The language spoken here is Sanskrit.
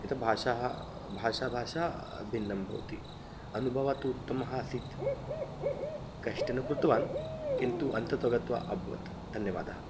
यत् भाषाः भाषाभाषा भिन्नं भवति अनुभवः तु उत्तमः आसीत् कष्टेन कृतवान् किन्तु अन्ततः गत्वा अभवत् धन्यवादः